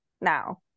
now